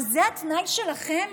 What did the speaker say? מה, זה התנאי שלכם